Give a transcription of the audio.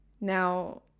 Now